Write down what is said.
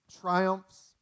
triumphs